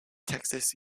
texas